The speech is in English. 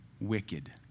wicked